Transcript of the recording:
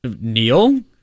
Neil